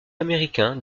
américain